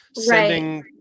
sending